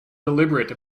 deliberate